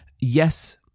yes